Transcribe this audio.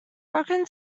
broken